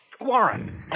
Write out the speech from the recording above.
Warren